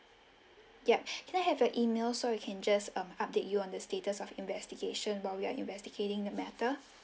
yup can I have your email so we can just um update you on the status of investigation while we are investigating the matter